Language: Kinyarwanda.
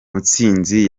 mutsinzi